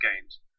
games